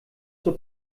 zur